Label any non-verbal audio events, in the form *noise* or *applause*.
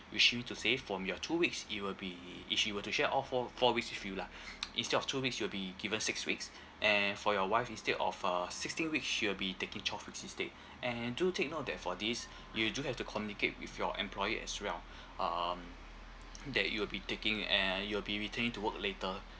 which mean to say from your two weeks it will be if she were to share all four four weeks with you lah *breath* instead of two weeks you'll be given six weeks and for your wife instead of uh sixteen weeks she will be taking twelve weeks instead and do take note that for this you do have to communicate with your employer as well um that you will be taking and you'll be returning to work later